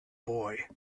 boy